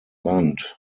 land